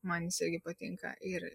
man jis irgi patinka ir